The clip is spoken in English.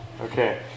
Okay